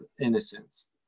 innocence